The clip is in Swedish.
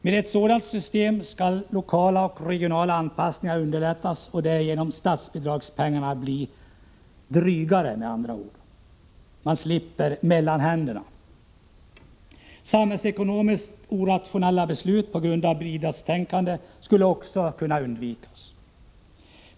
Med ett sådant system skulle lokala och regionala anpassningar underlättas och därigenom statsbidragspengarna bli ”drygare”. Men slipper mellanhänderna. Samhällsekonomiskt orationella beslut på grund av bidragstänkande skulle också kunna undvikas.